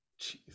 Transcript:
Jeez